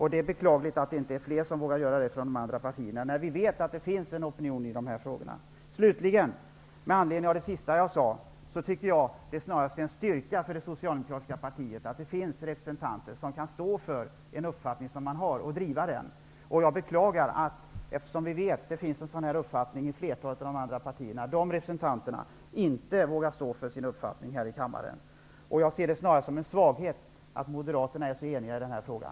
Det är beklagligt att det inte är fler från de andra partierna som vågar göra det. Vi vet att det finns en opinion i de här frågorna. Jag tycker snarast att det är en styrka för det socialdemokratiska partiet att det finns representanter som kan stå för en uppfattning som man har och driva den. Eftersom vi vet att det finns en sådan här uppfattning i flertalet av de andra partierna, beklagar jag att de representanterna inte vågar stå för sina uppfattningar här i kammaren. Jag ser det snarast som en svaghet att moderaterna är så eniga i den här frågan.